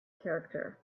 character